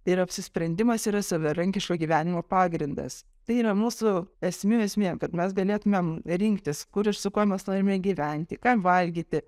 ir apsisprendimas yra savarankiško gyvenimo pagrindas tai yra mūsų esmių esmė kad mes galėtumėm rinktis kur ir su kuo mes norime gyventi ką valgyti